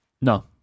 No